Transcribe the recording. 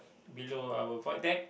below our void deck